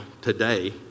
today